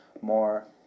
more